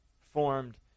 formed